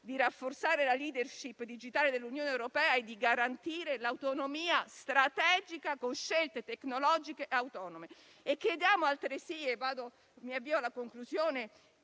di rafforzare la *leadership* digitale dell'Unione europea e di garantire l'autonomia strategica con scelte tecnologiche autonome. Chiediamo, altresì, per favorire la transizione